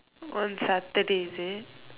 on Saturday is it